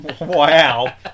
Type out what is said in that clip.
Wow